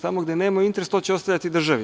Tamo gde nemaju interes to će ostavljati državi.